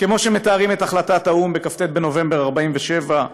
כמו שמתארים את החלטת האו"ם בכ"ט בנובמבר 1947,